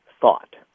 thought